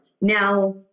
Now